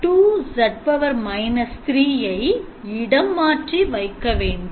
Z 3 இடமாற்றி வைக்க வேண்டும்